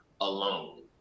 alone